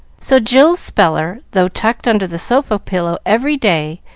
so jill's speller, though tucked under the sofa pillow every day,